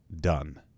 done